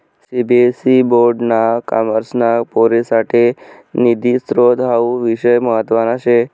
CBSE board ना कॉमर्सना पोरेससाठे निधी स्त्रोत हावू विषय म्हतवाना शे